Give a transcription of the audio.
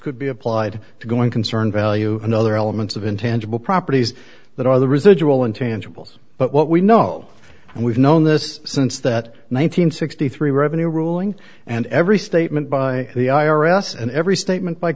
could be applied to going concern value and other elements of intangible properties that are the residual intangibles but what we know and we've known this since that one nine hundred sixty three revenue ruling and every statement by the i r s and every statement by